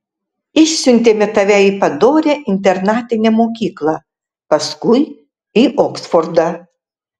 išsiuntėme tave į padorią internatinę mokyklą paskui į oksfordą